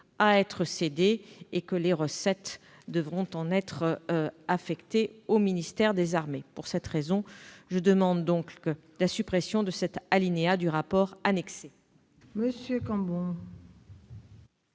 à être cédé et que les recettes afférentes devront être affectées au ministère des armées. Pour cette raison, je demande la suppression de cet alinéa du rapport annexé.